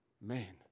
man